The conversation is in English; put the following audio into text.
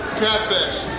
catfish!